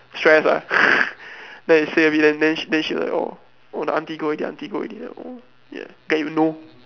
stress ah then I say a bit then then she then she like orh the aunty go already aunty go already lah oh ya then you know